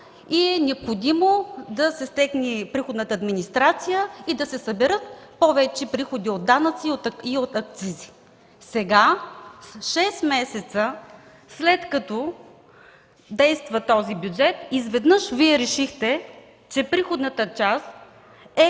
и е необходимо да се стегне приходната администрация и да се съберат повече приходи от данъци и от акцизи. Сега, шест месеца след като действа този бюджет, изведнъж решихте, че приходната част е